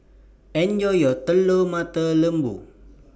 Enjoy your Telur Mata Lembu